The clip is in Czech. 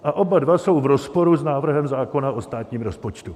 A oba dva jsou v rozporu s návrhem zákona o státním rozpočtu.